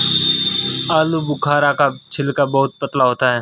आलूबुखारा का छिलका बहुत पतला होता है